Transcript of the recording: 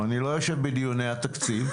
ואני לא יושב בדיוני התקציב,